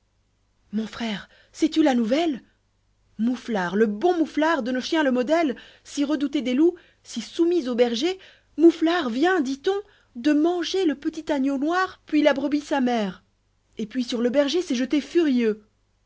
mon frère sâis lu ia nouvelle mouflar le bon mouflar de nos chiens le modèle si redouté des loups si soumis au berger mouîlar vient dil bn de manger le petit agneau noir puis là brebis sa mère et puis sur le berger s'est jeté furieux